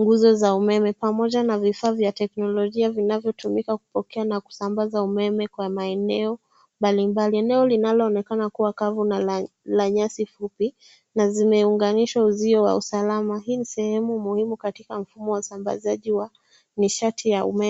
nguzo za umeme. Pamoja na vifaa vya teknolojia vinavotumika kupokea na kusambaza umeme kwa maeneo mbalimbali. Neo linalonekana kuwaa la kavu nal la nyasi fupi, na zimeunganisha uzio wa usalama. Hii ni sehemu muhimu katika mfumo wa usambazaji wa mishati ya umeme.